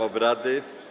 obrady.